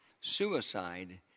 Suicide